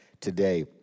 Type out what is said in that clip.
today